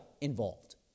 involved